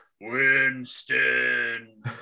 Winston